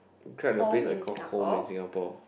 tried the place I call home in Singapore